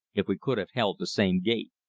if we could have held the same gait.